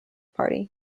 party